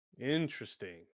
interesting